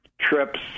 trips